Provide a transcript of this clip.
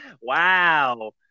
Wow